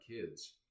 kids